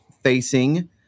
facing